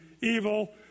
evil